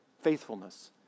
Faithfulness